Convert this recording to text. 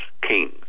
kings